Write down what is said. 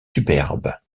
superbe